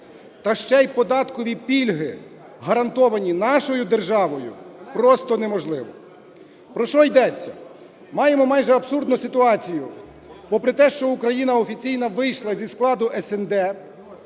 та ще й податкові пільги, гарантовані нашою державою, просто неможливо. Про що йдеться? Маємо майже абсурдну ситуацію. Попри те, що Україна офіційно вийшла зі складу СНД,